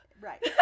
Right